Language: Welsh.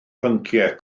pynciau